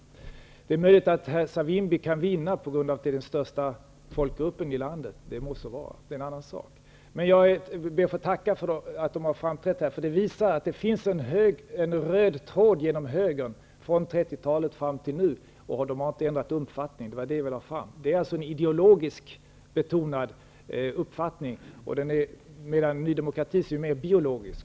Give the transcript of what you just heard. Det är möjligt att herr Savimbi kan vinna valet på grund av att han representerar den största folkgruppen i landet. Det må så vara, det är en annan sak. Men jag ber att få tacka herrarna för att de har framträtt här. Det visar att det finns en röd tråd genom högern, från 30-talet fram till nu. Man har inte ändrat uppfattning. Det var det jag ville ha fram. Det är alltså en ideologisk betonad uppfattning, medan Ny demokratis är mer biologisk.